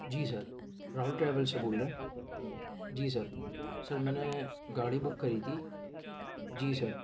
جی sir Rahul travel سے بول رہے ہیں جی سر سر میں نے گاڑی بک کری تھی جی سر